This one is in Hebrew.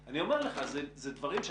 אבל, זו, בדיוק, הנקודה